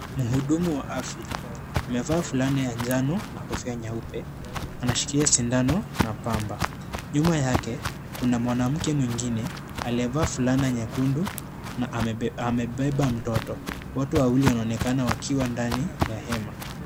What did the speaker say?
Mhudumu wa afya amevaa fulani ya njano na kofia nyeupe. Anashikilia sindano na pamba. Nyuma yake kuna mwanamke mwingine aliyevaa fulana nyekundu na amebeba mtoto. Wote wawili wanaonekana wakiwa ndani ya hema.